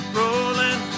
rolling